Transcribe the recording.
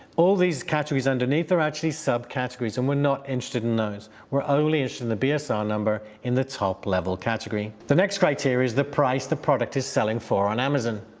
all these categories underneath are actually subcategories and we're not interested in those. we're only interested in the bsr number in the top level category. the next criteria is the price the product is selling for on amazon.